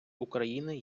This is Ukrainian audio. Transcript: україни